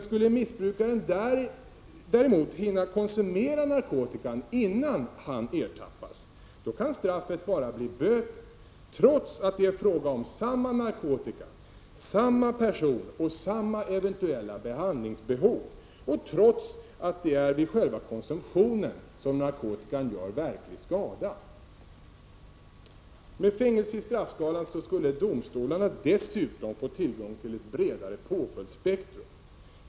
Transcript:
Skulle missbrukaren däremot hinna konsumera narkotikan innan han ertappas, då kan straffet bara bli böter — trots att det är en fråga om samma narkotika, samma person och samma even tuella behandlingsbehov, och trots att det är vid själva konsumtionen som narkotikan gör verklig skada. Med fängelse i straffskalan skulle domstolarna dessutom få tillgång till ett bredare påföljdsspektrum.